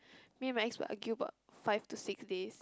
me and my ex will argue about five to six days